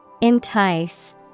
Entice